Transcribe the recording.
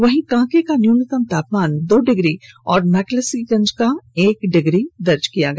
वहीं कांके का न्यूनतम तापमान दो डिग्री और मैक्लूस्कीगंज का एक डिग्री दर्ज किया गया